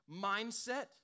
mindset